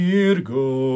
Virgo